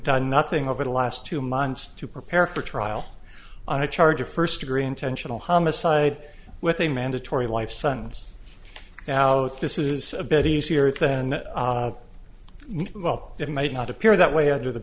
done nothing over the last two months to prepare for trial on a charge of first degree intentional homicide with a mandatory life sentence now if this is a bit easier than well it might not appear that way under the